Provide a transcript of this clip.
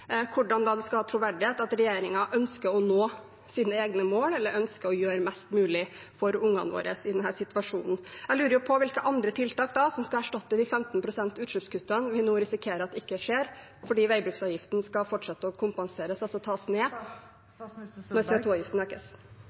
det da skal ha troverdighet at regjeringen ønsker å nå sine egne mål eller ønsker å gjøre mest mulig for barna våre i denne situasjonen. Jeg lurer på hvilke andre tiltak som skal erstatte de 15 pst. i utslippskutt som vi nå risikerer ikke vil skje fordi veibruksavgiften fortsatt skal kompenseres, altså tas ned, mens CO 2 -avgiften økes.